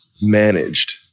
managed